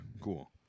cool